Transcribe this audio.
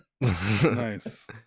Nice